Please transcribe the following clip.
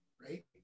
Right